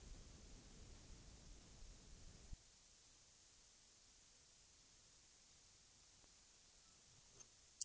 Jag vill fråga handelsministern: Är det möjligt att något ange hur inriktningen kommer att bli i denna fråga?